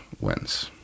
wins